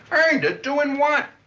earned it? doing what?